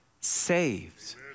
saved